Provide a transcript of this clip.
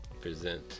present